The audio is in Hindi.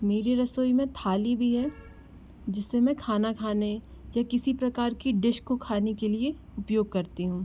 मेरे रसोई में थाली भी है जिससे मैं खाना खाने या किसी प्रकार की डिश को खाने के लिए उपयोग करती हूँ